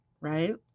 right